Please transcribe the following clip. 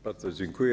Bardzo dziękuję.